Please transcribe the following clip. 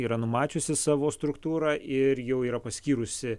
yra numačiusi savo struktūrą ir jau yra paskyrusi